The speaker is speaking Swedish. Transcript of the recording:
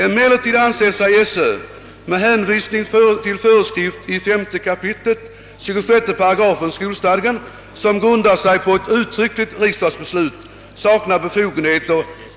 Emellertid anser sig Sö med hänvisning till föreskrift i 5 kap. 26 § skolstadgan, som grundar sig på ett uttryckligt riksdagsbeslut, sakna befogenhet.